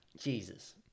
Jesus